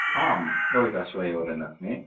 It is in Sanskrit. आं लोहिताश्वेव वदन् अस्मि